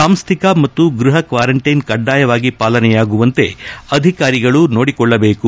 ಸಾಂಸ್ಟಿಕ ಮತ್ತು ಗೃಹ ಕ್ವಾರಂಟೈನ್ ಕೆಡ್ಡಾಯವಾಗಿ ಪಾಲನೆಯಾಗುವಂತೆ ಅಧಿಕಾರಿಗಳು ನೋಡಿಕೊಳ್ಳಬೇಕು